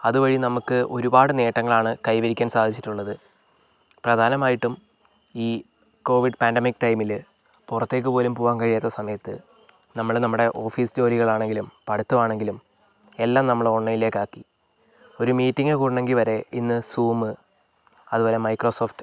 അതുവഴി നമുക്ക് ഒരുപാട് നേട്ടങ്ങളാണ് കൈവരിക്കാൻ സാധിച്ചിട്ടുള്ളത് പ്രധാനമായിട്ടും ഈ കോവിഡ് പാൻഡമിക് ടൈമിൽ പുറത്തേക്ക് പോലും പോകാൻ കഴിയാത്ത സമയത്ത് നമ്മൾ നമ്മുടെ ഓഫീസ് ജോലികളാണെങ്കിലും പഠിത്തമാണെങ്കിലും എല്ലാം നമ്മൾ ഓൺലൈനിലേക്കാക്കി ഒരു മീറ്റിങ്ങ് കൂടണമെങ്കിൽ വരെ ഇന്ന് സൂം അതുപോലെ മൈക്രോസോഫ്റ്റ്